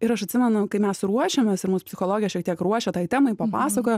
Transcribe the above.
ir aš atsimenu kai mes ruošėmės ir mūsų psichologė šiek tiek ruošė tai temai papasakojo